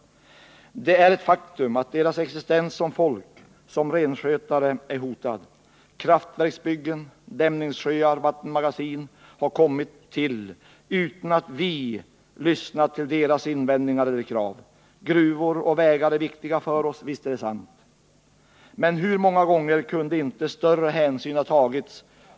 Det är ett faktum att deras existens som folk, som renskötare, är hotad. Kraftverksbyggen, dämningssjöar och vattenmagasin har kommit till utan att vi har lyssnat till deras invändningar eller krav. Gruvor och vägar är viktiga för oss — visst är det sant. Men hur många gånger kunde inte större hänsyn ha tagits?